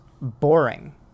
boring